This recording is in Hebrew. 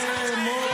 ד-מו-קר-טיה.